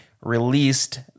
released